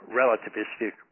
relativistic